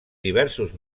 diversos